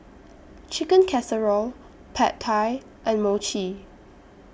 Chicken Casserole Pad Thai and Mochi